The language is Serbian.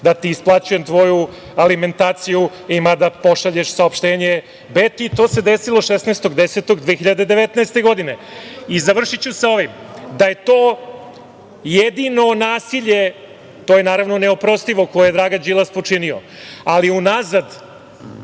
da ti isplaćujem tvoju alimentaciju ima da pošalješ saopštenje „BETI“. To se desilo 16. oktobra 2019. godine. Završiću sa ovim da je to jedino nasilje, to je naravno neoprostivo, koje je Dragan Đilas počinio, ali unazad